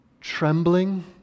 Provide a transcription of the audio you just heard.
trembling